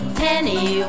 penny